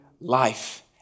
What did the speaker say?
life